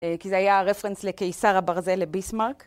כי זה היה רפרנס לקיסר הברזל לביסמרק.